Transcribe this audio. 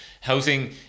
Housing